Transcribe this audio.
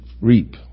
reap